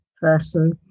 person